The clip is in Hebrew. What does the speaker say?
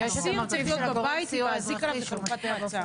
אזיק צריך להיות בבית עם האזיק עליו בחלופת מעצר.